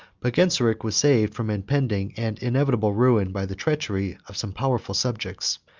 but genseric was saved from impending and inevitable ruin by the treachery of some powerful subjects,